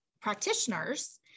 practitioners